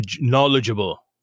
knowledgeable